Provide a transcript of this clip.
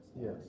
Yes